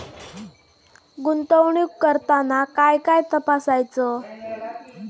गुंतवणूक करताना काय काय तपासायच?